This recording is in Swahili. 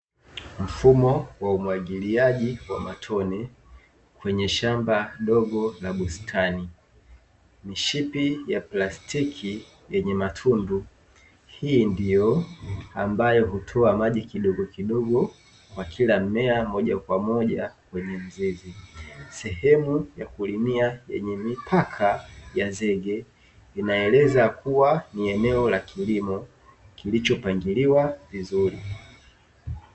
Mfumo wa umwagiliaji wa matone kwenye shamba dogo la bustani, mishipi ya plastiki yenye matundu hii ndiyo ambayo hutoa maji kidogokidogo kwa kila mmea moja kwa moja kwenye mizizi, sehemu ya kulimia yenye mipaka ya zege inaeleza kuwa ni eneo la kilimo kilichopangiliwa vizuri.